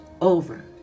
over